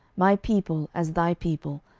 my people as thy people,